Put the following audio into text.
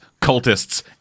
cultists